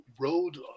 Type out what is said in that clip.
road